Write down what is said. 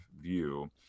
view